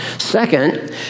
Second